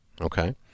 Okay